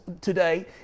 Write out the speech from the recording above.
today